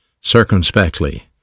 circumspectly